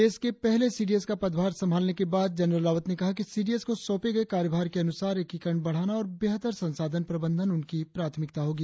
देश के पहले सी डी एस का पदभार संभालने के बाद जनरल रावत ने कहा कि सी डी एस को सौंपे गए कार्यभार के अनुसार एकीकरण बढ़ाना और बेहतर संसाधन प्रबंधन उनकी प्राथमिकता होगी